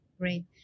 great